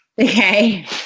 Okay